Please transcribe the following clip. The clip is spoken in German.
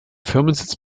firmensitz